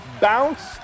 bounce